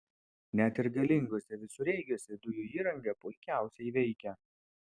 net ir galinguose visureigiuose dujų įranga puikiausiai veikia